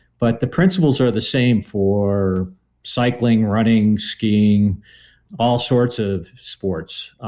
but the principles are the same for cycling, running, skiing all sorts of sports,